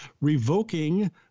revoking